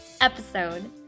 episode